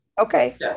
Okay